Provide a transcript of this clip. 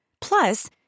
Plus